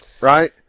right